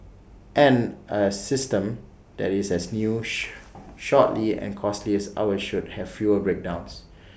and A system that is as new sh shortly and costly as our should have fewer breakdowns